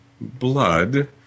blood